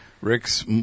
Rick's